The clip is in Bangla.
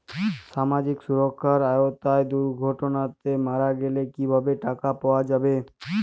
সামাজিক সুরক্ষার আওতায় দুর্ঘটনাতে মারা গেলে কিভাবে টাকা পাওয়া যাবে?